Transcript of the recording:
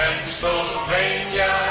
Pennsylvania